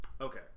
okay